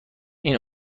این